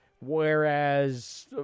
whereas